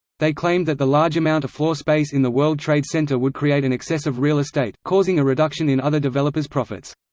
they claimed that the large amount of floor space in the world trade center would create an excess of real estate, causing a reduction in other developers' profits.